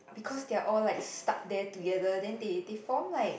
because they are all like stuck there together then they they form like